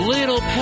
Little